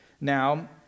Now